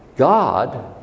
God